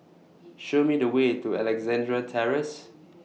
Show Me The Way to Alexandra Terrace